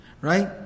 Right